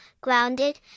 grounded